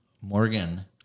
Morgan